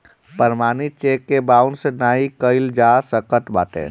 प्रमाणित चेक के बाउंस नाइ कइल जा सकत बाटे